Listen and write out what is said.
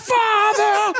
father